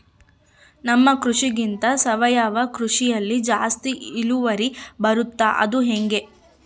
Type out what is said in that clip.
ನಮ್ಮ ಕೃಷಿಗಿಂತ ಸಾವಯವ ಕೃಷಿಯಲ್ಲಿ ಜಾಸ್ತಿ ಇಳುವರಿ ಬರುತ್ತಾ ಅದು ಹೆಂಗೆ?